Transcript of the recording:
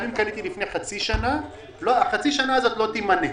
גם אם קניתי לפני חצי שנה - החצי שנה הזאת לא תימנה.